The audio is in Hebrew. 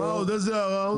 איזו הערה עוד?